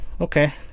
okay